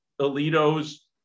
Alito's